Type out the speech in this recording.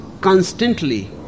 constantly